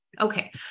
Okay